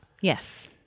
Yes